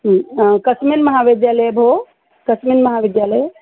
कस्मिन् महाविद्यालये भोः कस्मिन् महाविद्यालये